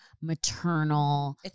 maternal